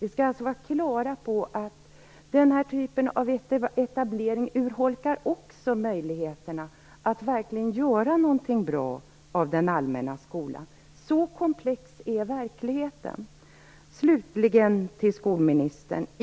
Vi skall alltså vara klara över att den här typen av etablering också urholkar möjligheterna att verkligen göra något bra av den allmänna skolan. Så komplex är verkligheten. Slutligen vill jag säga till skolministern att